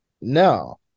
No